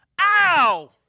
ow